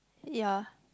ya